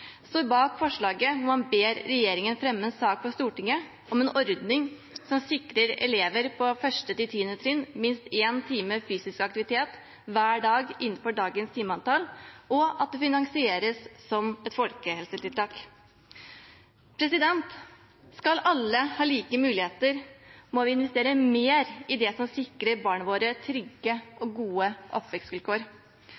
står bak forslaget om å be regjeringen fremme en sak for Stortinget om en ordning som sikrer elever på 1.–10. trinn minst én time fysisk aktivitet hver dag innenfor dagens timeantall, og at det finansieres som et folkehelsetiltak. Skal alle ha like muligheter, må vi investere mer i det som sikrer barna våre trygge